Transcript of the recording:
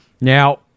Now